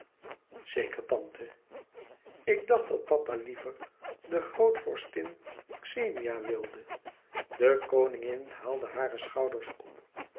zeker tante ik dacht dat papa liever de grootvorstin xenia wilde de koningin haalde hare schouders op